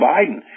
Biden